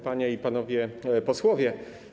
Panie i Panowie Posłowie!